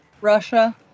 russia